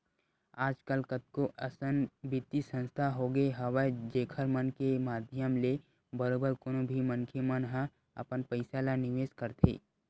आजकल कतको अइसन बित्तीय संस्था होगे हवय जेखर मन के माधियम ले बरोबर कोनो भी मनखे मन ह अपन पइसा ल निवेस करथे